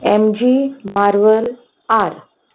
MG marvel R